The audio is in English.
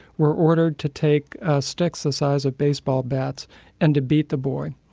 were ordered to take sticks the size of baseball bats and to beat the boy.